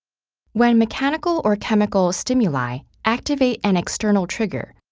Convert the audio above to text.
when mechanical or chemical stimuli activate an external trigger,